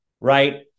right